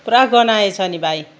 पुरा गनाएछ नि भाइ